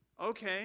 Okay